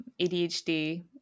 ADHD